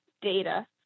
data